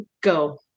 go